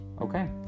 Okay